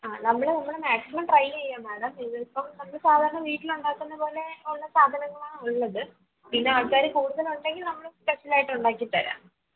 ആ നമ്മള് നമ്മൾ മാക്സിമം ട്രൈ ചെയ്യാം മേടം നമ്മൾ ഇപ്പോൾ നമ്മള് സാധാരണ വീട്ടിൽ ഉണ്ടാക്കുന്ന പോലെ ഉള്ള സാധനങ്ങളാണ് ഉള്ളത് പിന്നെ ആൾക്കാര് കൂടുതലുണ്ടെങ്കിൽ നമ്മള് സ്പെഷ്യലായിട്ട് ഉണ്ടാക്കി തരാം